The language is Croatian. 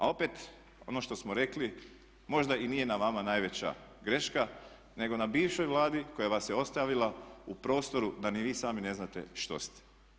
A opet ono što smo rekli možda i nije na vama najveća greška, nego na bivšoj Vladi koja vas je ostavila u prostoru da ni vi sami ne znate što ste.